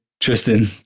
Tristan